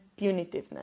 punitiveness